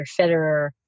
Federer